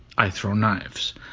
i throw knives.